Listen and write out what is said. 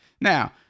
Now